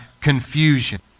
confusion